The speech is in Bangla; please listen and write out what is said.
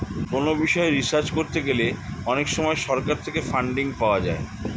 কোনো বিষয়ে রিসার্চ করতে গেলে অনেক সময় সরকার থেকে ফান্ডিং পাওয়া যায়